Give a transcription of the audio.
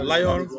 Lion